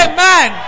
Amen